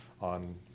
on